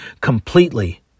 completely